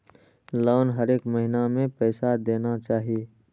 Loan हरेक महीना में पैसा देना चाहि?